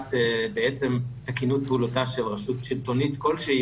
להבטחת בעצם תקינות פעולתה של רשות שלטונית כלשהי,